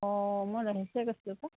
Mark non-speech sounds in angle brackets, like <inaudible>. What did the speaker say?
অঁ মই <unintelligible> কৈছিলোঁ পায়